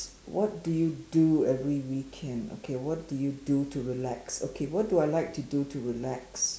what do you do every weekend okay what do you do to relax okay what do I like to do to relax